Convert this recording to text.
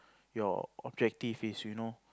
your objective is you know